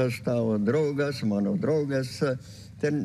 aš tavo draugas mano draugas ten